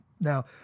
Now